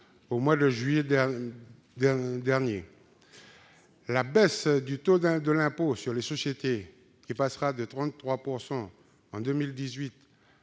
au mois de juillet 2018. La baisse du taux de l'impôt sur les sociétés, qui passera de 33 % en 2018